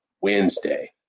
Wednesday